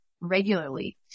regularly